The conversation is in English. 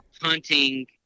hunting